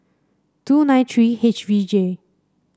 two nine three H V J